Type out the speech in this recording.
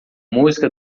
música